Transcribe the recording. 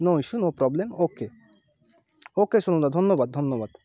no issue no problem okay okay সনুদা ধন্যবাদ ধন্যবাদ